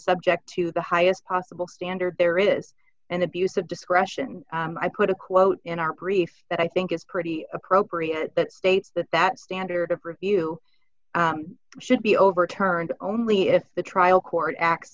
subject to the highest possible standard there is an abuse of discretion i put a quote in our brief that i think is pretty appropriate that states that that standard of review should be overturned only if the trial court